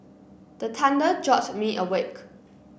the thunder jolt me awake